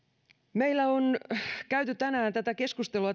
meillä on käyty tänään tätä keskustelua